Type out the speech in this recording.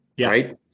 right